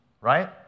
right